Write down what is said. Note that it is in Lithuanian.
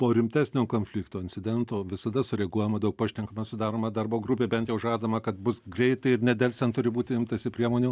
po rimtesnio konflikto incidento visada sureaguojama daug pašnekama sudaroma darbo grupė bent jau žadama kad bus greitai ir nedelsiant turi būti imtasi priemonių